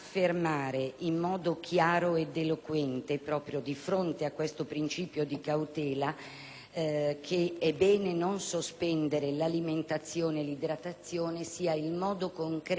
che è bene non sospendere l'alimentazione e l'idratazione sia il modo concreto per esprimere un sì convinto alla vita,